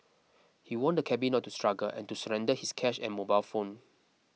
he warned the cabby not to struggle and to surrender his cash and mobile phone